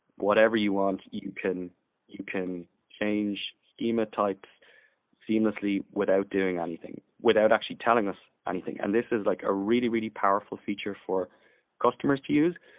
whatever you want, you can you can change schema types seamlessly without doing anything without action telling us anything and this is like a really, really powerful feature for customers to use,